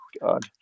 God